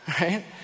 right